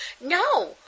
No